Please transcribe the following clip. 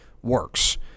works